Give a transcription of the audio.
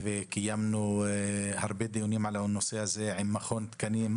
וקיימנו הרבה דיונים על הנושא הזה עם מכון התקנים.